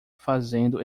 fazendo